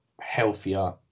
healthier